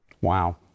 Wow